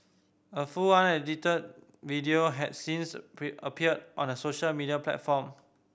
a full unedited video had since appeared on a social media platform